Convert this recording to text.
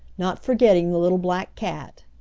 not forgetting the little black cat.